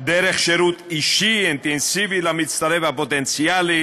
דרך שירות אישי אינטנסיבי למצטרף הפוטנציאלי